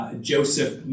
Joseph